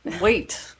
wait